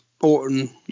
Orton